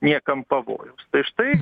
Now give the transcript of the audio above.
niekam pavojaus tai štai